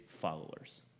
followers